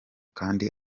kandi